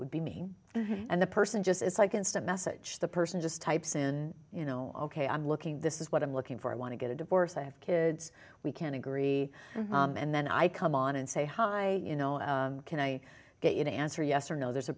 would be me and the person just it's like instant message the person just types in you know ok i'm looking this is what i'm looking for i want to get a divorce i have kids we can agree and then i come on and say hi can i get you to answer yes or no there's a